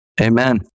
Amen